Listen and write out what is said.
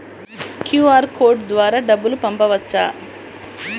QR code ద్వారా డబ్బులు పంపవచ్చా?